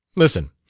listen,